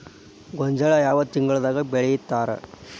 ಗೋಂಜಾಳ ಯಾವ ತಿಂಗಳದಾಗ್ ಬೆಳಿತಾರ?